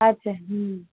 আচ্ছা হুম